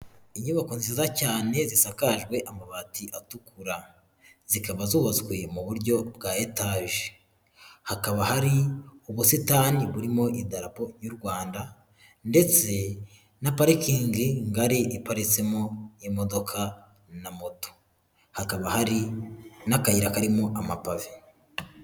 Inyubako nziza cyane zisakajwe amabati atukura, zikaba zubatswe mu buryo bwa etaje, hakaba hari ubusitani burimo indarapo ry'u Rwanda ndetse na parikingi ngari iparitsemo imodoka na moto, hakaba hari n'akayira karimo amapave.